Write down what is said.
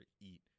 eat